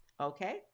Okay